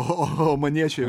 o omaniečiai